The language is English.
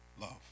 love